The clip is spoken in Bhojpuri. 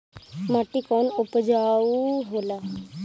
माटी कौन उपजाऊ होला?